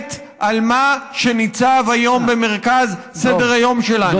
האמת על מה שניצב היום במרכז סדר-היום שלנו,